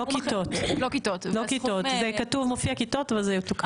לא כיתות, זה מופיע כיתות אבל זה יתוקן.